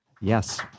Yes